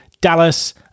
Dallas